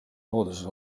looduses